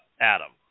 Adam